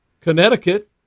Connecticut